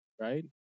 right